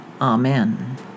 Amen